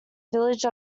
village